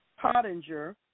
Pottinger